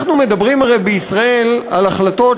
אנחנו מדברים הרי בישראל על החלטות